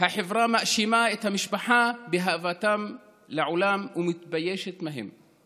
החברה מאשימה את המשפחה בהבאתם לעולם ומתביישת בהם.